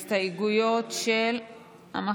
אנחנו לא נצביע על ההסתייגויות של יש עתיד,